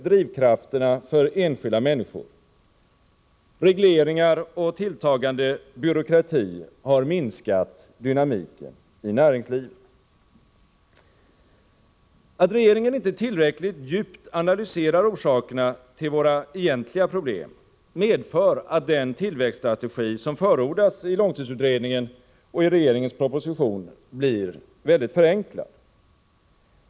drivkrafterna för enskilda människor. Regleringar och tilltagande byråkrati har minskat dynamiken i näringslivet. Att regeringen inte tillräckligt djupt analyserar de egentliga orsakerna till våra problem medför att den tillväxtstrategi som förordas av långtidsutredningen och av regeringens proposition blir starkt förenklad.